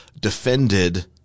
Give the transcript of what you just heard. defended